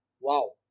Wow